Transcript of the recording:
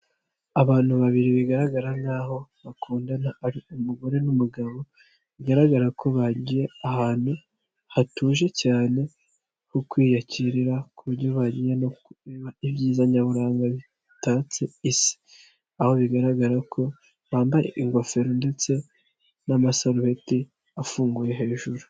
Abantu babiri bigaragara nkaho bakundana, ari umugore n'umugabo, bigaragara ko bagiye ahantu hatuje cyane, ho kwiyakirira, ku buryo bagiye no kureba ibyiza nyaburanga bitatse isi, aho bigaragara ko bambaye ingofero ndetse n'amasarubeti afunguye hejuru.